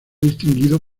distinguido